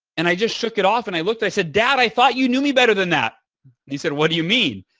and i just shook it off and i look, i said, dad, i thought you knew me better than that. and he said, what do you mean?